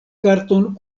karton